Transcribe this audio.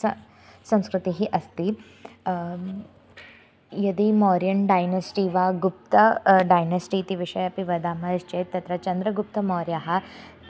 स संस्कृतिः अस्ति यदि मौर्यन् डैनस्टि वा गुप्ता डैनस्टि इति इति विषये अपि वदामः चेत् तत्र चन्द्रगुप्तमौर्यः